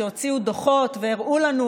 שהוציאו דוחות והראו לנו,